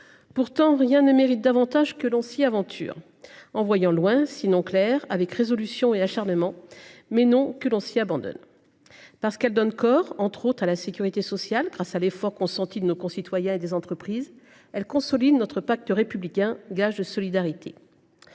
Pourtant, rien ne mérite davantage que l’on s’y aventure, en voyant loin, sinon clair, avec résolution et acharnement, mais non que l’on s’y abandonne. Parce qu’elles donnent corps, entre autres, à la sécurité sociale, grâce à l’effort consenti par nos concitoyens et nos entreprises, elles consolident notre pacte républicain, gage de solidarité.